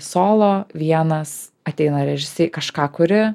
solo vienas ateina režisi kažką kuri